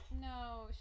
No